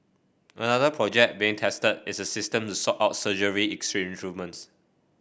another project being tested is a system to sort out surgery